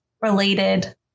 related